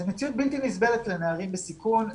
זאת מציאות בלתי נסבלת לנערים בסיכון.